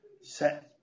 set